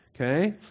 okay